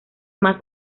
más